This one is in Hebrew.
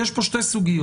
יש פה שתי סוגיות,